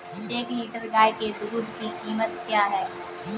एक लीटर गाय के दूध की कीमत क्या है?